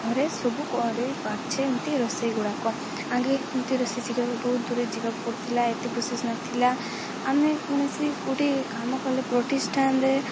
ଘରେ ସବୁ କରେଇ ପାରୁଛେ ଏମିତି ରୋଷେଇ ଗୁଡ଼ାକ ଆଗେ ଏମିତି ରୋଷେଇ ଶିଖିବାକୁ ବହୁତ ଦୂରେ ଯିବାକୁ ପଡ଼ିଥିଲା ଏତେ ପ୍ରୋସେସ୍ ନଥିଲା ଆମେ କୌଣସି କେଉଁଠି କାମ କଲେ ପ୍ରତିଷ୍ଠାନରେ